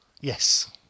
Yes